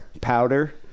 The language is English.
Powder